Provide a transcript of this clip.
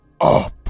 Up